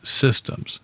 systems